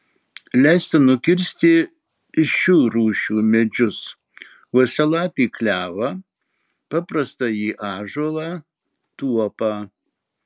leista nukirsti šių rūšių medžius uosialapį klevą paprastąjį ąžuolą tuopą